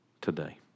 today